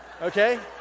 okay